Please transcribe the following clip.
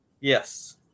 Yes